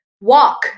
walk